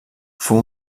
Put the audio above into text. fou